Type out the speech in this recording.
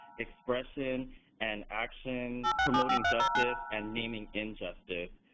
expression, and action promoting justice and naming injustice.